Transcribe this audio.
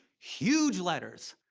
huge letters.